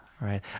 right